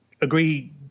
agree